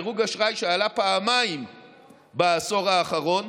דירוג אשראי שעלה פעמיים בעשור האחרון: